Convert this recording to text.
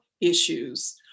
issues